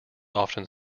often